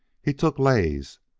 he took lays,